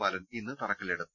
ബാലൻ ഇന്ന് തറക്കല്ലിടും